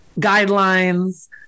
guidelines